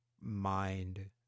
mind